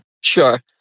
Sure